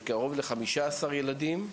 קרוב ל-15 ילדים,